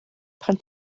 pan